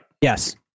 yes